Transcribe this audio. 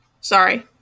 Sorry